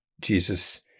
Jesus